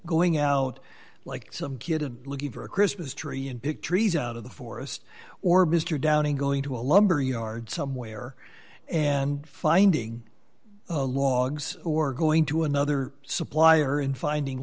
going out like some kid and looking for a christmas tree in big trees out of the forest or mr downing going to a lumber yard somewhere and finding a logs or going to another supplier and finding